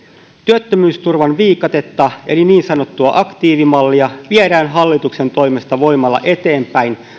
työttömyysturvan viikatetta eli niin sanottua aktiivimallia viedään hallituksen toimesta voimalla eteenpäin